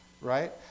Right